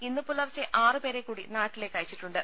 ഇന്ന് പുലർച്ചെ ആറ് പേരെ കൂടി നാട്ടിലേക്കയച്ചിട്ടുണ്ട്